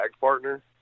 partner